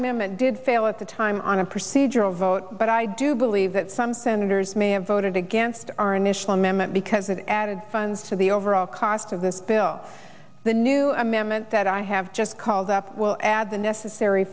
amendment did fail at the time on a procedural vote but i do believe that some senators may have voted against our initial amendment because it added funds to the overall cost of this bill the new amendment that i have just called up will add the necessary